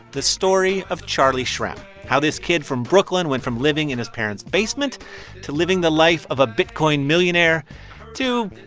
the story of charlie shrem how this kid from brooklyn went from living in his parents' basement to living the life of a bitcoin millionaire to,